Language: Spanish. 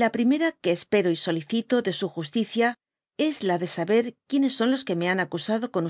la primera que espero y solicito de su justicia et la de saber quienes son los qtae me han aculado con